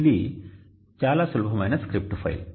ఇది చాలా సులభమైన స్క్రిప్ట్ ఫైల్